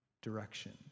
direction